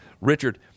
Richard